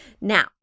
Now